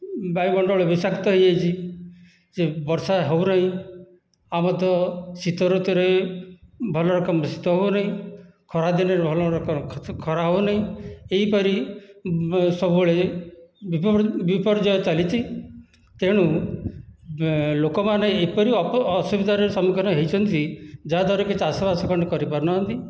ବାୟୁମଣ୍ଡଳ ବିଷାକ୍ତ ହୋଇଯାଇଛି ସେ ବର୍ଷା ହେଉନାହିଁ ଆମର ତ ଶୀତଋତୁରେ ଭଲ ରକମର ଶୀତ ହେଉନାହିଁ ଖରାଦିନରେ ଭଲ ରକମ ଖରା ହେଉନାହିଁ ଏହିପରି ସବୁବେଳେ ବିପନ୍ନ ବିପର୍ଯ୍ୟୟ ଚାଲିଛି ତେଣୁ ଲୋକମାନେ ଏପରି ଅସୁବିଧାର ସମ୍ମୁଖୀନ ହୋଇଛନ୍ତି ଯେ ଯାହାଦ୍ଵାରା କି ଚାଷବାସ ଖଣ୍ଡେ କରିପାରୁନାହାନ୍ତି